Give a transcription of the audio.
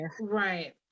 right